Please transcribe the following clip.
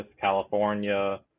california